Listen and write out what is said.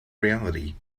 reality